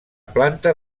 planta